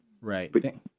right